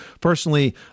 Personally